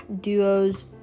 duos